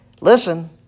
Listen